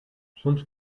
soms